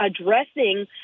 addressing